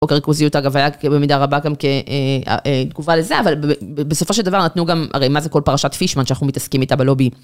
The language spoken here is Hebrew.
חוק הריכוזיות, אגב, היה במידה רבה גם כתגובה לזה, אבל בסופו של דבר נתנו גם, הרי מה זה כל פרשת פישמן שאנחנו מתעסקים איתה בלובי?